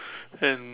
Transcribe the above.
and